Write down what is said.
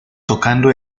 tocando